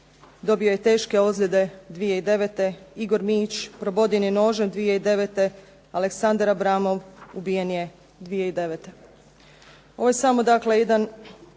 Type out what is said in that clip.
dobio je teške ozljede 2009. Igor Mijić proboden je nožem 2009., Aleksandar Abramov ubijen je 2009.